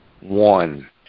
one